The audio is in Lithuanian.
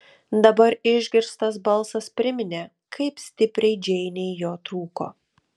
dabar išgirstas balsas priminė kaip stipriai džeinei jo trūko